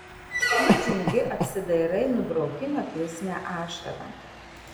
nudžiungi apsidairai nubrauki neklusnią ašarą